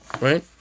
right